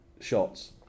shots